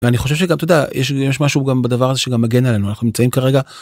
אני חושב שגם ת'יודע יש משהו גם בדבר הזה שגם מגן עלינו אנחנו נמצאים כרגע.